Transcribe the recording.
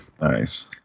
Nice